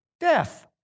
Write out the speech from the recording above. Death